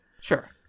Sure